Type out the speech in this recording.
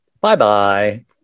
Bye-bye